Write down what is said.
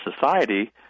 Society